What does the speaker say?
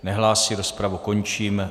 Nehlásí, rozpravu končím.